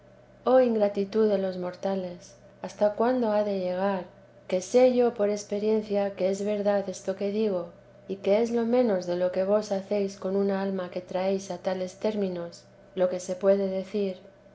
oh ingratitud de los mortales hasta cuándo ha de llegar que sé yo por experiencia que es verdad esto que digo y que es lo menos de lo que vos hacéis con una alma que trí a tales términos lo que se puede decir